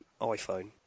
iPhone